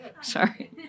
Sorry